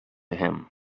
him